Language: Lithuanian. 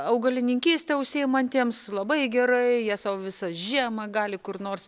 augalininkyste užsiimantiems labai gerai jie sau visą žiemą gali kur nors